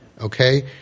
Okay